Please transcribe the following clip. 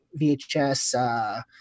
VHS